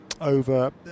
over